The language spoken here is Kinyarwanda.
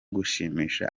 gushimisha